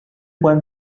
went